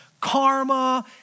karma